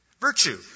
virtue